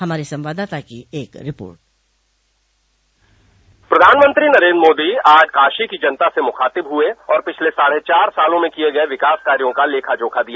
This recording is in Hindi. हमारे संवाददाता की एक रिपोर्ट प्रधानमंत्री नरेन्द्र मोदी आज काशी की जनता से मुखातिब हुए और पिछले साढ़े चार सालों में किए गए विकास कार्यों का लेखा जोखा दिया